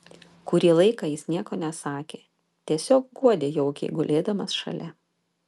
kurį laiką jis nieko nesakė tiesiog guodė jaukiai gulėdamas šalia